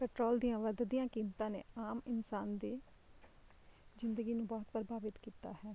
petrol ਦੀਆਂ ਵੱਧਦੀਆਂ ਕੀਮਤਾਂ ਨੇ ਆਮ ਇਨਸਾਨ ਦੇ ਜ਼ਿੰਦਗੀ ਨੂੰ ਬਹੁਤ ਪ੍ਰਭਾਵਿਤ ਕੀਤਾ ਹੈ